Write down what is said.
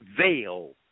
veil